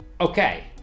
Okay